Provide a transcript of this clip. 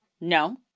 No